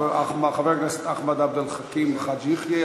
חבר הכנסת אחמד עבד אל חכים חאג' יחיא,